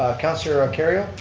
councillor ah kerrio?